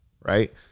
right